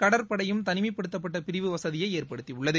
கடற்படையும் தனிமைப்படுத்தப்பட்ட பிரிவு வசதியை ஏற்படுத்தியுள்ளது